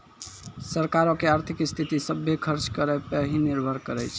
सरकारो के आर्थिक स्थिति, सभ्भे खर्च करो पे ही निर्भर करै छै